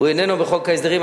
הוא איננו בחוק ההסדרים.